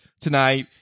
tonight